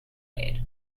made